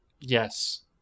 Yes